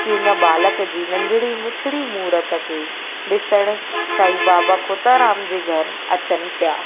कि उन बालक जी नंढिड़ी मिठड़ी मूर्त खे ॾिसण साई बाबा खोताराम जे घर अचनि पिया